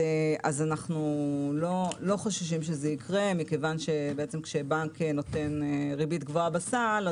אנו לא חוששים שזה יקרה כי כשבנק נותן ריבית גבוהה בסל,